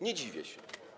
Nie dziwię się.